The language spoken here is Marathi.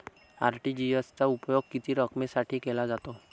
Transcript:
आर.टी.जी.एस चा उपयोग किती रकमेसाठी केला जातो?